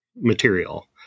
material